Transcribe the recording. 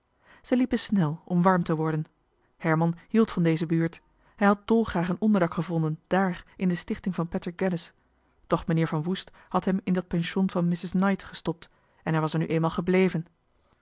zij liepen snel om warm te worden herman hield van deze buurt hij had dolgraag een onderdak gevonden daar in de stichting van patrick geddes doch meneer johan de meester de zonde in het deftige dorp van woest had hem in dat pension van mrs knight gestopt en hij was er nu eenmaal gebleven